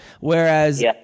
Whereas